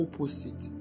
opposite